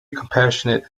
compassionate